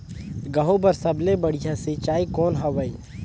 गहूं बर सबले बढ़िया सिंचाई कौन हवय?